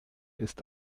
ist